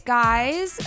guys